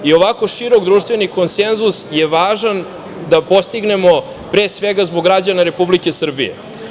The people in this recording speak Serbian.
I ovako širok društveni konsenzus je važan da postignemo, pre svega, zbog građana Republike Srbije.